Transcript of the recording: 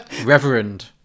Reverend